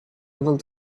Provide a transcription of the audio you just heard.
able